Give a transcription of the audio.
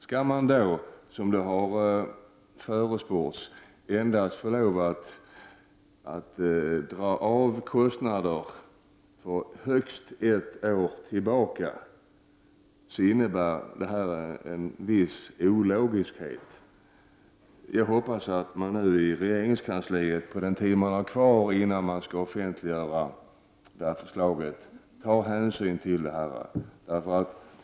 Skall man då, som det har försports, få lov att dra av kostnader för högst ett år tillbaka, så innebär det brist på logik. Jag hoppas att man nu i regeringskansliet, på den tid man har kvar innan man skall offentliggöra förslaget, tar hänsyn till dessa omständigheter.